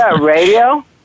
radio